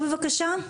בבקשה.